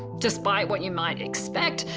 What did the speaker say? despite what you might expect,